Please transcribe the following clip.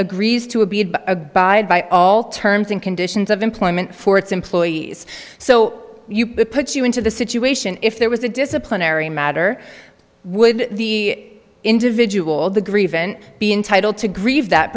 agrees to abide by abide by all terms and conditions of employment for its employees so you put you into the situation if there was a disciplinary matter would the individual the greven be entitled to grieve that